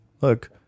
Look